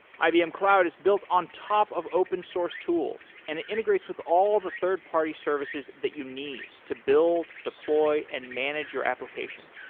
ibm cloud is built on top of open-source tools and it integrates with all the third-party services that you need to build, deploy and manage your application.